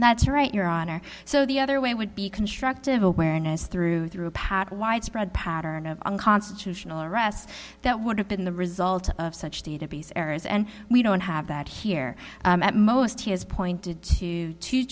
that's right your honor so the other way would be constructive awareness through through pat widespread pattern of unconstitutional arrests that would have been the result of such database errors and we don't have that here at most he has pointed to t